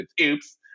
Oops